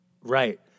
Right